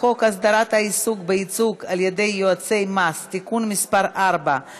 (חופשה ביום שמתקיימות בו בחירות מקדימות במפלגה שבה העובד חבר),